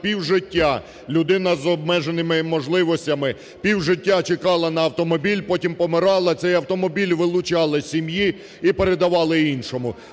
півжиття, людина з обмеженими можливостями півжиття чекала на автомобіль, потім помирала, цей автомобіль вилучали із сім'ї і передавали іншому.